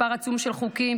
מספר עצום של חוקים,